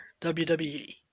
WWE